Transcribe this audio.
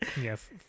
Yes